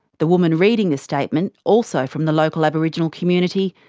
the woman reading this statement, also from the local aboriginal community,